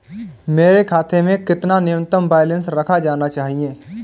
मेरे खाते में कितना न्यूनतम बैलेंस रखा जाना चाहिए?